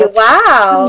wow